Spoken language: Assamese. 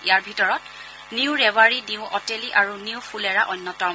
ইয়াৰ ভিতৰত নিউ ৰেৱাৰী নিউ অটেলী আৰু নিউ ফুলেৰা অন্যতম